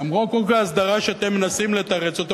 למרות חוק ההסדרה שאתם מנסים לתרץ אותו,